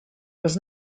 was